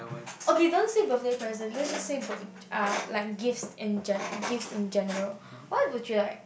okay don't say birthday present let's just say b~ g~ uh like gifts in ge~ gift in general what would you like